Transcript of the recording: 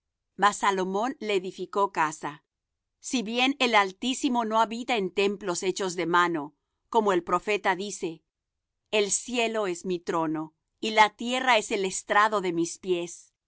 mas salomón le edificó casa si bien el altísimo no habita en templos hechos de mano como el profeta dice el cielo es mi trono y la tierra es el estrado de mis pies